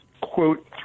quote